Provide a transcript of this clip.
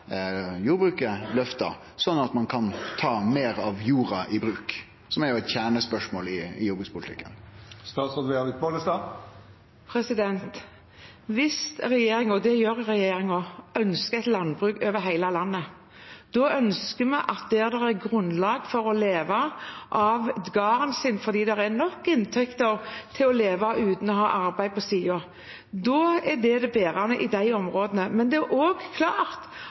jordbruket løfta, slik at ein kan ta meir av jorda i bruk? Det er jo eit kjernespørsmål i jordbrukspolitikken. Hvis regjeringen ønsker et landbruk over hele landet – og det gjør regjeringen – ønsker vi at der det er grunnlag for å leve av gården sin fordi det er nok inntekt til å leve av det uten å ha arbeid ved siden av, da er det det bærende i disse områdene. Men det er også klart